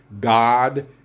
God